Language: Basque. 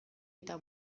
eta